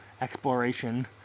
exploration